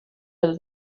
added